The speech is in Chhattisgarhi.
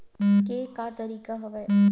के का तरीका हवय?